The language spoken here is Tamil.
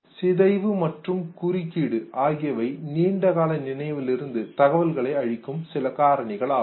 சிதைவு மற்றும் குறுக்கீடு ஆகியவை நீண்ட கால நினைவிலிருந்து தகவல்களை அழிக்கும் சில காரணிகள் ஆகும்